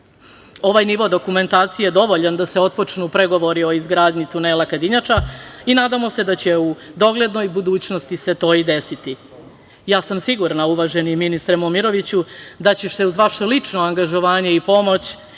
Ovaj nivo dokumentacije je dovoljan da se otpočnu pregovori o izgradnji tunela „Kadinjača“ i nadamo se da će u doglednoj budućnosti se to i desiti. Ja sam sigurna uvaženi ministre Momiroviću da će se uz vaše lično angažovanje i pomoć